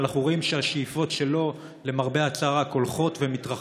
ואנחנו רואים שהשאיפות שלו למרבה הצער רק הולכות ומתרחקות.